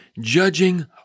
Judging